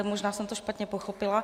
Možná jsem to špatně pochopila.